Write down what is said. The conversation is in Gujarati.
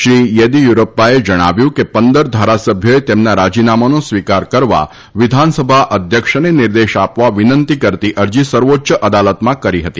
શ્રી યદ્તીયુરપ્પાએ જણાવ્યું હતું કે પંદર ધારાસભ્યોએ તમ્રના રાજીનામાનો સ્વીકાર કરવા વિધાનસભા અધ્યક્ષનાનિર્દેશ આપવા વિનંતી કરતી અરજી સર્વોચ્ય અદાલતમાં કરી હતી